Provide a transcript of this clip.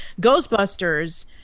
Ghostbusters